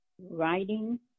writing